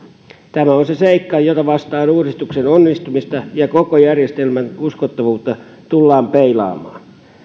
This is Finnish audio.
tämä on se seikka jota vasten uudistuksen onnistumista ja koko järjestelmän uskottavuutta tullaan peilaamaan